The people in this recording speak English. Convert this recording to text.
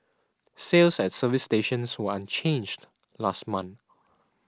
sales at service stations were unchanged last month